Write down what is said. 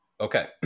Okay